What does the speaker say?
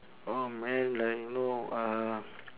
oh man like you know uh